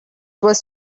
was